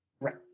Right